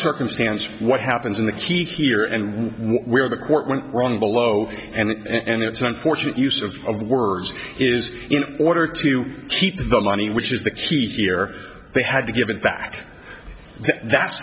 circumstances what happens in the keys here and where the court went wrong below and it's unfortunate use of of the words is in order to keep the money which is the key here they had to give it back that's